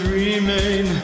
remain